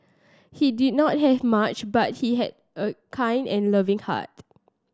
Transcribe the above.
he did not have much but he had a kind and loving heart